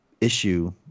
issue